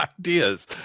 ideas